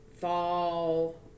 fall